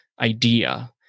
idea